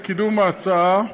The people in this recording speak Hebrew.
קידום ההצעה,